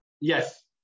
yes